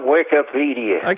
Wikipedia